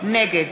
נגד